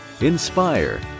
inspire